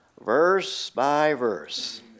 verse-by-verse